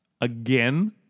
again